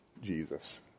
Jesus